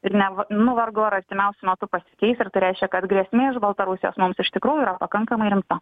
ir ne nu vargu ar artimiausiu metu pasikeis ir tai reiškia kad grėsmė iš baltarusijos mums iš tikrųjų yra pakankamai rimta